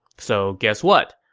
so guess what,